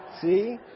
See